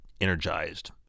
energized